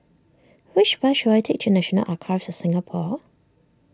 which bus should I take to National Archives of Singapore